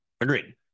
Agreed